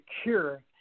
secure